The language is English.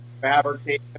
fabricate